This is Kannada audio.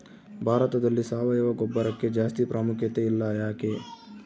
ಭಾರತದಲ್ಲಿ ಸಾವಯವ ಗೊಬ್ಬರಕ್ಕೆ ಜಾಸ್ತಿ ಪ್ರಾಮುಖ್ಯತೆ ಇಲ್ಲ ಯಾಕೆ?